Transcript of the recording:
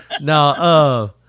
No